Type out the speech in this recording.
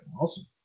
Awesome